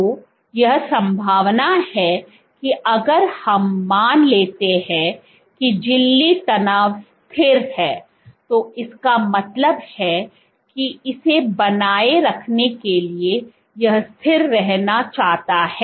तो यह संभावना है कि अगर हम मान लेते हैं कि झिल्ली तनाव स्थिर है तो इसका मतलब है कि इसे बनाए रखने के लिए यह स्थिर रहना चाहता है